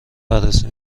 بررسی